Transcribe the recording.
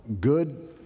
good